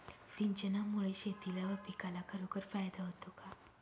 सिंचनामुळे शेतीला व पिकाला खरोखर फायदा होतो का?